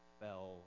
fell